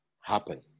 happen